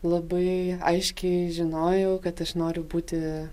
labai aiškiai žinojau kad aš noriu būti